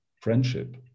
friendship